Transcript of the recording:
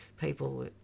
people